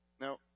Now